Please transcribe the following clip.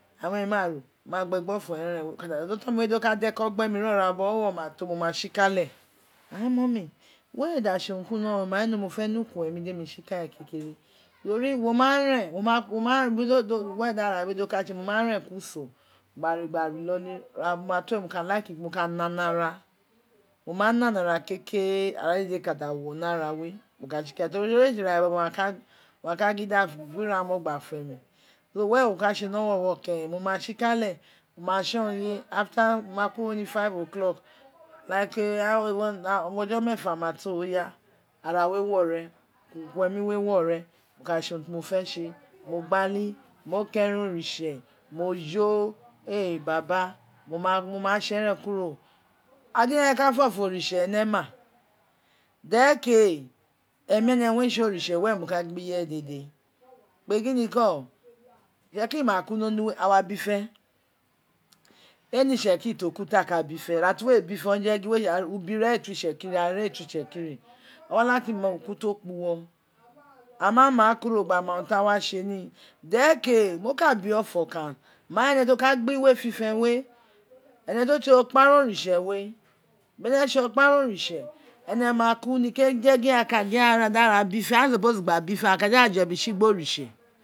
Ain ene maare main gbegbe ofo eren di oton mi we do ko gbe mi ira bobo owowo na to amomai tsikale ain mumy we da tse uru ri ki uran ni owuro we mai no mo fe ne ukuemin deno da tsilale kukere to ri mo ma ren wo ma kekere mo ma re kuri uso gba re dadi ira bobo mo ma like mo ka nana ara mo ma nana ara kekere ara we dede kada wo ni ara we mo ka kule teri ee tse ira ded owun a ka gin da kwi rawo gba femin so were mo ka tse ni oroowo keren mo ma tikale moma tson gin after mo ma kuoro ni five o clock like ughojo meefa ma to oyi ara we wo ren ukuemin we wo ren mo ka tse urun ti mo fe tse mo eru owun re tse oritse were mo ka gio gbe ireye dede kpe gin niko itse kiri ma ka ni onu we a wa bife ee ne itsekiri ti o ku ti a ka bife ira ti we bife owuu re fe gio ubi re ee to itsekirri ara re ee to itseki awa lati ma uku to kpa uwo ama ma kuro gba ma urun ti a wa tse ni dere ke mo bio ofo okan main irefe ti o ka gbe iwe fifen we ene ti o tse okpara oritse ene ma ku nike je gin a ka gin da ra bife ai ee surpose gba bife fagha fuebitsi gbe oritse